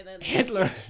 Hitler